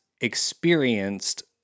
experienced